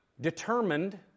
determined